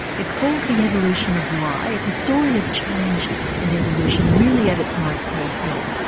it's called the evolution of y, it's a story of change and evolution really at its most personal.